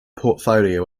portfolio